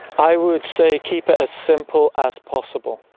i would say keep it as simple as possible,